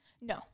No